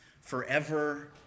forever